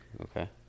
Okay